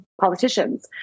politicians